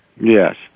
Yes